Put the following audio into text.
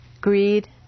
greed